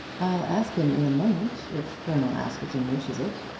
i'll ask him in a moment if colonel askerton wishes it.